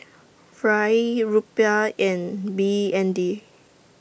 Riel Rupiah and B N D